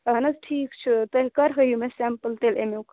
اَہَن حظ ٹھیٖک چھُ تیٚلہِ کَر ہٲیِو مےٚ سیٚمپٕل تیٚلہِ اَمیُک